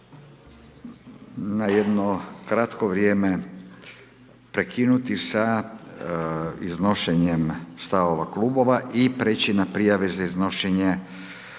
na jedno kratko vrijeme prekinuti sa iznošenjem stavova klubova i prijeći na prijave za iznošenje